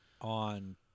on